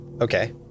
Okay